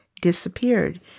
disappeared